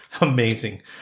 amazing